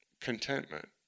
contentment